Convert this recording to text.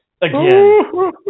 again